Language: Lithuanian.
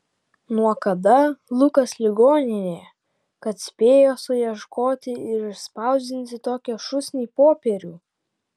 nuo kada lukas ligoninėje kad spėjo suieškoti ir išspausdinti tokią šūsnį popierių